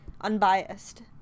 unbiased